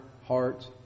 hearts